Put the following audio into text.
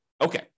Okay